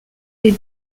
est